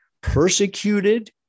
persecuted